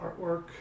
artwork